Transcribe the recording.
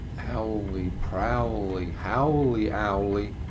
owly, prowly, howly, owly,